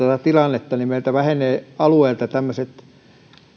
tilannetta niin meiltä vähenevät alueilta tämmöiset